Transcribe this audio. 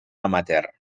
amateur